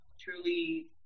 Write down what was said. truly